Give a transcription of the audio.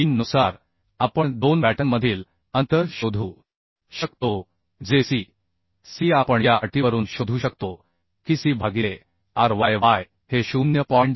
3 नुसार आपण दोन बॅटनमधील अंतर शोधू शकतो जे C C आपण या अटीवरून शोधू शकतो की C भागिले r y y हे 0